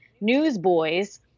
newsboys